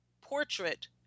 portrait